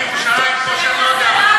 בירושלים כמו שאני לא יודע מה.